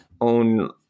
own